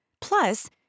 Plus